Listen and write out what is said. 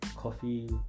Coffee